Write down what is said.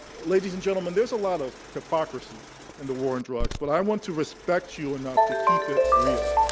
ladies and gentlemen, there's a lot of hypocrisy in the war on and drugs, but i want to respect you enough to keep it real.